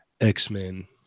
X-Men